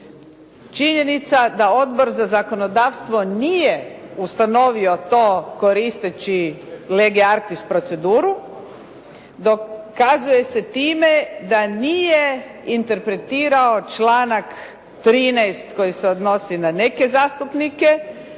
Činjenica da Odbor za zakonodavstvo nije ustanovio to koristeći lege artis proceduru dokazuje se time da nije interpretirao članak 13. koji se odnosi na neke zastupnike